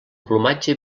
plomatge